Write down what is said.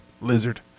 lizard